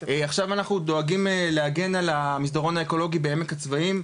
עכשיו אנחנו דואגים להגן על המסדרון האקולוגי בעמק הצבאים,